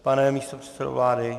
Pane místopředsedo vlády?